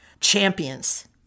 champions